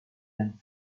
and